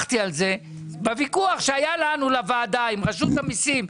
בוויכוח שהיה לוועדה עם רשות המסים,